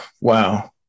wow